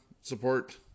support